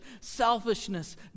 selfishness